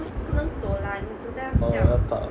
oh 要搭